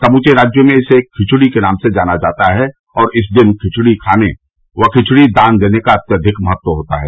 समूचे राज्य में इसे खिचड़ी के नाम से जाना जाता है और इस दिन खिचड़ी खाने व खिचड़ी दान देने का अत्याधिक महत्व होता है